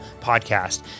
Podcast